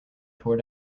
tore